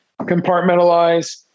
compartmentalize